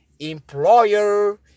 EMPLOYER